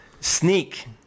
Sneak